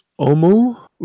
omu